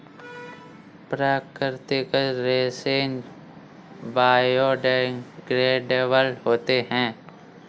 प्राकृतिक रेसे बायोडेग्रेडेबल होते है